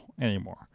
anymore